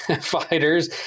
fighters